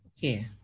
Okay